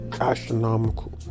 astronomical